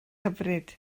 hyfryd